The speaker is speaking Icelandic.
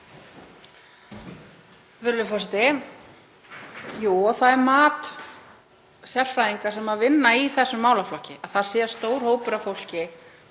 forseti. Jú, það er mat sérfræðinga sem vinna í þessum málaflokki að það sé stór hópur af fólki